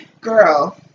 girl